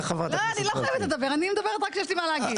לא חייבת לדבר, אני מדברת רק כשיש לי מה להגיד.